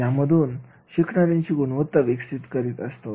यामधून शिकणाराची गुणवत्ता विकसित करीत असतो